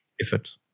effort